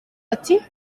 ati